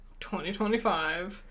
2025